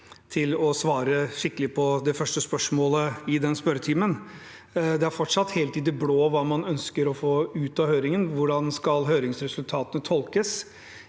til å svare skikkelig på det første spørsmålet i den spørretimen. Det er fortsatt helt i det blå hva man ønsker å få ut av høringen, hvordan høringsresultatene skal